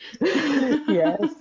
Yes